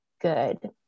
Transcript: good